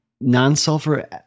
Non-sulfur